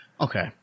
Okay